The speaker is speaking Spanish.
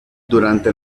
durante